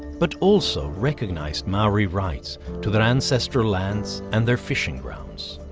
but also recognized maori rights to their ancestral lands and their fishing grounds.